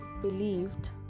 believed